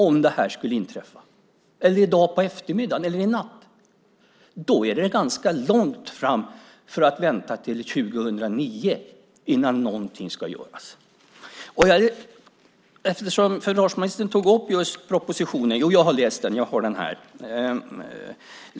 Om det här skulle inträffa i morgon, i eftermiddag eller i natt är det långt att vänta till 2009 med att göra något. Försvarsministern tog upp propositionen. Jo, jag har läst den. Jag har den här.